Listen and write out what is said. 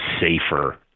safer